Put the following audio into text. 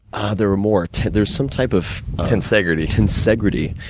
ah there were more. there's some type of tensegrity. tensegrity,